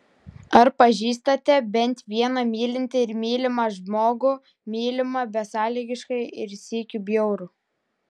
ar pažįstate bent vieną mylintį ir mylimą žmogų mylimą besąlygiškai ir sykiu bjaurų